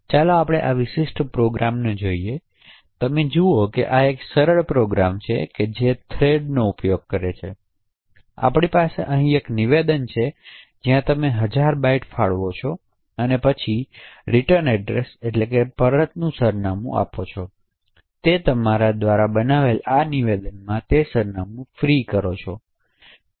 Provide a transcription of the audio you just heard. તો ચાલો આપણે આ વિશિષ્ટ પ્રોગ્રામને જોઈએ તમે જુઓ કે આ એક સરળ પ્રોગ્રામ છે જે થ્રેડનો ઉપયોગ કરે છે તેથી આપણી પાસે અહીં એક નિવેદન છે જ્યાં તમે હજાર બાઇટ્સ ફાળવો છો અને પછી સરનામું પરત કરો છો પછી તમે તમારા દ્વારા બનાવેલા આ નિવેદનમાં તે સરનામું ફ્રી કરો